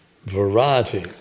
Variety